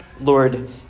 Lord